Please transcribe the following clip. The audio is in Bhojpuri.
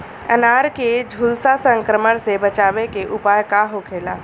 अनार के झुलसा संक्रमण से बचावे के उपाय का होखेला?